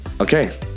Okay